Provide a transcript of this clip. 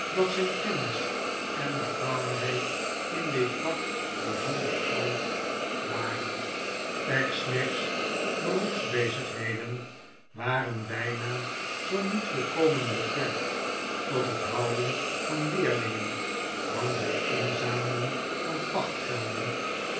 dat zijn kennis en bekwaamheid in dit vak bijzonder groot waren pecksniff's beroepsbezigheden waren bijna zoo niet volkomen beperkt tot het houden van leerlingen want het inzamelen van